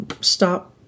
stop